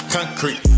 Concrete